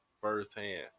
firsthand